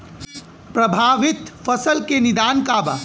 प्रभावित फसल के निदान का बा?